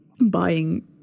buying